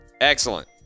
Excellent